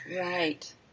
Right